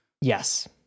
Yes